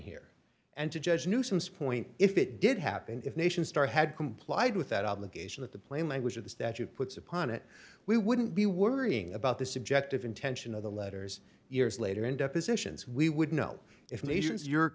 here and to judge nuisance point if it did happen if nation star had complied with that obligation that the plain language of the statute puts upon it we wouldn't be worrying about the subjective intention of the letters years later in depositions we would know if